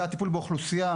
והטיפול באוכלוסייה.